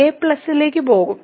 a ലേക്ക് പോകും